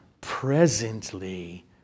presently